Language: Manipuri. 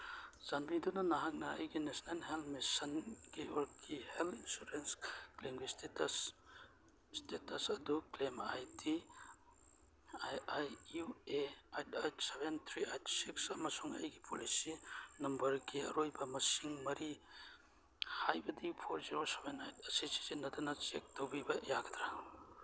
ꯆꯥꯟꯕꯤꯗꯨꯅ ꯅꯍꯥꯛꯅ ꯑꯩꯒꯤ ꯅꯦꯁꯅꯦꯜ ꯍꯦꯜꯠ ꯃꯤꯁꯟꯒꯤ ꯑꯣꯔ ꯀꯤ ꯍꯦꯜꯠ ꯏꯟꯁꯨꯔꯦꯟꯁ ꯀ꯭ꯂꯦꯝꯒꯤ ꯏꯁꯇꯦꯇꯁ ꯏꯁꯇꯦꯇꯁ ꯑꯗꯨ claim I D I I U A eight eight seven three eight six ꯑꯃꯁꯨꯡ ꯑꯩꯒꯤ ꯄꯣꯂꯤꯁꯤ ꯅꯝꯕꯔꯒꯤ ꯑꯔꯣꯏꯕ ꯃꯁꯤꯡ ꯃꯔꯤ ꯍꯥꯏꯕꯗꯤ ꯐꯣꯔ ꯖꯦꯔꯣ ꯁꯚꯦꯟ ꯑꯩꯠ ꯑꯁꯤ ꯁꯤꯖꯤꯟꯅꯗꯨꯅ ꯆꯦꯛ ꯇꯧꯕꯤꯕ ꯌꯥꯒꯗ꯭ꯔ